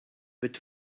bit